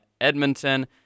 Edmonton